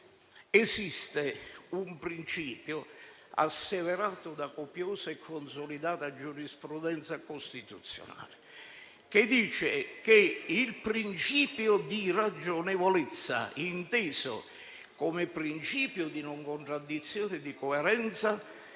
Esiste un principio, asseverato da copiosa e consolidata giurisprudenza costituzionale, che dice che il principio di ragionevolezza, inteso come principio di non contraddizione e di coerenza,